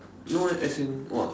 no eh as in !wah!